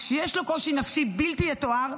שיש לו קושי נפשי בלתי יתואר,